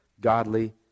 godly